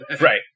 Right